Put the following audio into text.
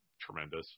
tremendous